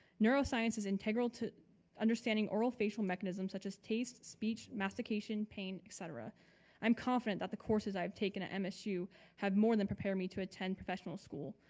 neuroscience is integral to understanding oral facial mechanism such as taste, speech, mastication, pain, etc. i'm confident that the courses i've taken at msu have more than prepare me to attend professional school.